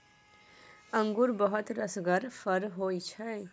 अंगुर बहुत रसगर फर होइ छै